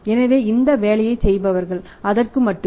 எனவே இந்த வேலையைச் செய்பவர்கள் அதற்கு மட்டுமே